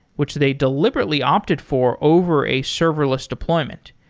which they deliberately opted for over a serverless deployment.